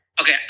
Okay